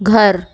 घर